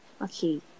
Okay